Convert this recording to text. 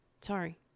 Sorry